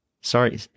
Sorry